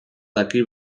daki